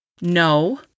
No